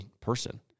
person